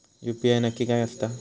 UPI नक्की काय आसता?